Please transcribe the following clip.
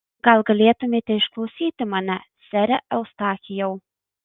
gal galėtumėte išklausyti mane sere eustachijau